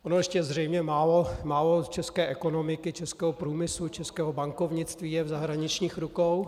Ono ještě zřejmě málo české ekonomiky, českého průmyslu, českého bankovnictví je v zahraničních rukou.